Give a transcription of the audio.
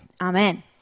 Amen